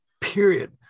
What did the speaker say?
period